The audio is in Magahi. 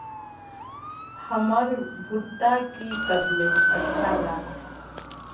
हमर भुट्टा की करले अच्छा राब?